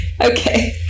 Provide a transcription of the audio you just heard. Okay